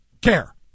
care